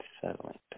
settling